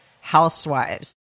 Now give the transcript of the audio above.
housewives